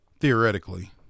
theoretically